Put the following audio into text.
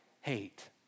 hate